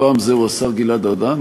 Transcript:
הפעם זה השר גלעד ארדן,